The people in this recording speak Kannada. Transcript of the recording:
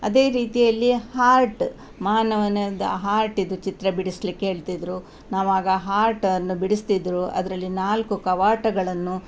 ಅದೇ ರೀತಿಯಲ್ಲಿ ಹಾರ್ಟ್ ಮಾನವನ ಹಾರ್ಟಿಂದು ಚಿತ್ರ ಬಿಡಿಸ್ಲಿಕ್ಕೆ ಹೇಳ್ತಿದ್ದರು ನಾವು ಆಗ ಹಾರ್ಟನ್ನು ಬಿಡಿಸ್ತಿದ್ದರು ಅದರಲ್ಲಿ ನಾಲ್ಕು ಕವಾಟಗಳನ್ನು